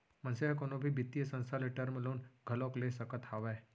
मनसे ह कोनो भी बित्तीय संस्था ले टर्म लोन घलोक ले सकत हावय